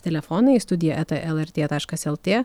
telefonai studija eta lrt taškas lt